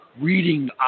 reading